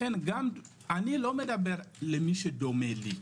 אני לא מדבר למי שדומה לי.